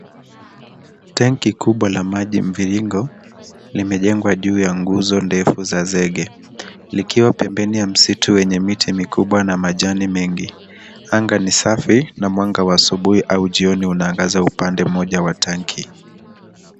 Tangi kubwa la maji mviringo limejengwa juu ya nguzo ndefu ya zege likiwa pembeni ya msitu wenye miti mikubwa na majani mengi. Anga ni safi na mwanga wa asubuhi au jioni unaangaza upande mmoja wa tangi.